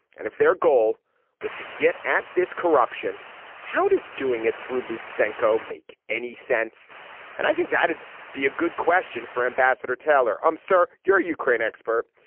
and if their goal was to get at this corruption how it does doing it through loot sancho make any sense and i think that'd be a good question for ambassador taylor. um sir. you're a ukraine expert.